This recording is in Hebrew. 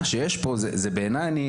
כמו שעשו בעבר במצבי חירום או במלחמה,